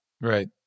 Right